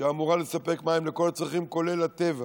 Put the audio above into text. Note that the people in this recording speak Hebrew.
שאמורה לספק מים לכל הצרכים, כולל לטבע.